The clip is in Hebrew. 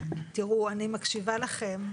תראו, אני מקשיבה לכם,